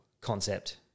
concept